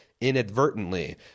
inadvertently